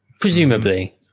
Presumably